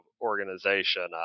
organization